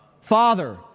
father